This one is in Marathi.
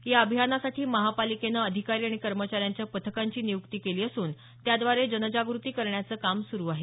या अभियानासाठी महापालिकेनं आधिकारी आणि कर्मचार्यांच्या पथकांची नियुक्ती केली असून त्याद्वारे जनजाग़ती करण्याचं काम सुरु आहे